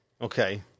Okay